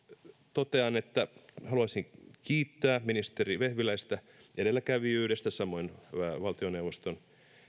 totean että haluaisin kiittää ministeri vehviläistä edelläkävijyydestä ja samoin valtioneuvoston